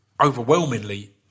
overwhelmingly